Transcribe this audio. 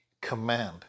command